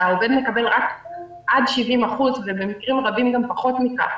שהעובד מקבל רק עד 70% ובמקרים רבים גם פחות מכך,